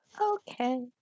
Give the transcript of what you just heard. Okay